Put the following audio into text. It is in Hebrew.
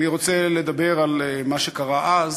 אני רוצה לדבר על מה שקרה אז